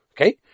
Okay